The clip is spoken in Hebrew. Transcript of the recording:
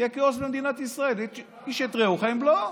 יהיה כאוס במדינת ישראל, איש את רעהו חיים בלעו.